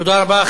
תודה רבה.